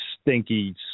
stinky